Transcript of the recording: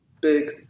big